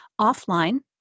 offline